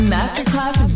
Masterclass